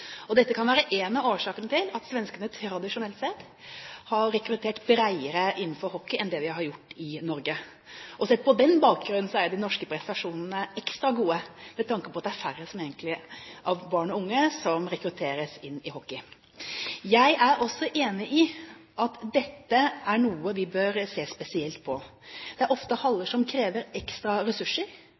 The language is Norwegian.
på den bakgrunn er de norske prestasjonene ekstra gode, med tanke på at det er færre barn og unge som rekrutteres inn i hockey. Jeg er også enig i at dette er noe vi bør se spesielt på. Dette er haller som ofte krever ekstra ressurser,